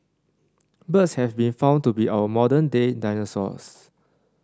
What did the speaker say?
birds have been found to be our modern day dinosaurs